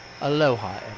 Aloha